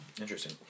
Interesting